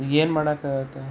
ಏನು ಮಾಡೋಕ್ಕಾಗತ್ತೆ